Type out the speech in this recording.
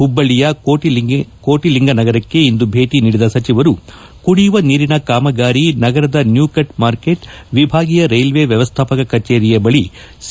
ಹುಬ್ಬಳ್ಳಿಯ ಕೋಟಲಿಂಗನಗರಕ್ಕೆ ಇಂದು ಭೇಟಿ ನೀಡಿದ ಸಚಿವರು ಕುಡಿಯುವ ನೀರಿನ ಕಾಮಗಾರಿ ನಗರದ ನ್ಯೂಕಚ್ ಮಾರ್ಕಚ್ ವಿಭಾಗೀಯ ರೈಶ್ವೇ ವ್ಯವಸ್ಥಾಪಕ ಕಚೇರಿಯ ಬಳಿ ಸಿ